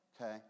Okay